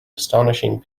astonishing